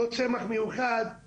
לא צמח מיוחד,